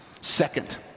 Second